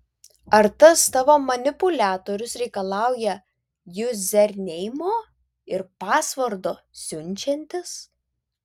ar tas tavo manipuliatorius reikalauja juzerneimo ir pasvordo siunčiantis